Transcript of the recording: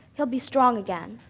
he'll be strong again.